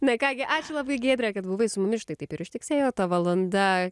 na ką gi ačiū labai giedre kad buvai su mumis štai taip ir ištiksėjo ta valanda